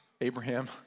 Abraham